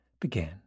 began